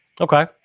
Okay